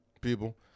people